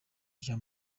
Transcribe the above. rya